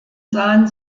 sahen